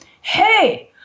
hey